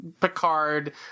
Picard